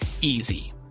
easy